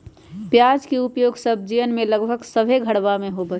प्याज के उपयोग सब्जीयन में लगभग सभ्भे घरवा में होबा हई